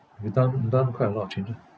we done we done quite a lot of changes